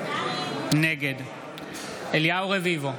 נגד אליהו רביבו,